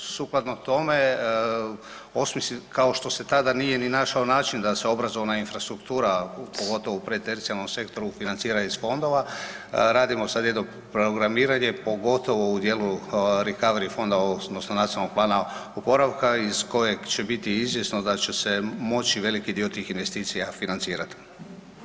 Sukladno tome kao što se tada nije ni našao način da se obrazovna infrastruktura, pogotovo u pretercijalnom sektoru financira iz fondova, radimo sad jedno programiranje pogotovo u dijelu Recovery fonda odnosno Nacionalnog plana oporavka iz kojeg će biti izvjesno da će se moći veliki dio tih investicija financirat.